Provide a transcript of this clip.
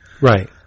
Right